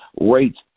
rates